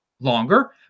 longer